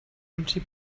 empty